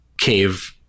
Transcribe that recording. cave